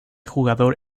jugador